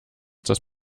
das